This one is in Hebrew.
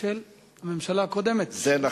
של הממשלה הקודמת, זה נכון.